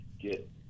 get